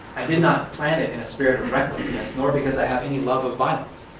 i did not plan it in a spirit of recklessness, nor because i have any love of violence.